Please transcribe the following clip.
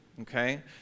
Okay